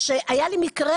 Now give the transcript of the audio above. היה לי מקרה,